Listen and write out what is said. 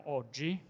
oggi